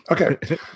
Okay